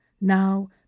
now